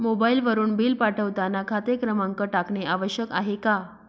मोबाईलवरून बिल पाठवताना खाते क्रमांक टाकणे आवश्यक आहे का?